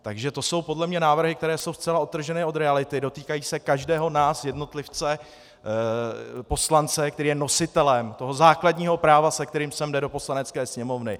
Takže to jsou podle mě návrhy, které jsou zcela odtržené od reality, dotýkají se každého nás, jednotlivce, poslance, který je nositelem toho základního práva, se kterým sem jde do Poslanecké sněmovny.